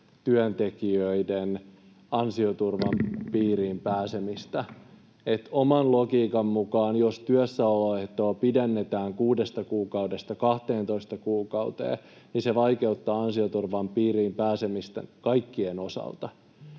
työntekijöiden ansioturvan piiriin pääsemistä. Oman logiikkani mukaan jos työssäoloehtoa pidennetään 6 kuukaudesta 12 kuukauteen, niin se vaikeuttaa ansioturvan piiriin pääsemistä kaikkien osalta,